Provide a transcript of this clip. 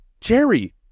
Jerry